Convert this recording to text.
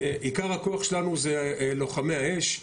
עיקר הכוח שלנו זה לוחמי האש.